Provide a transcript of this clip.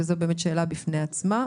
וזו באמת שאלה בפני עצמה.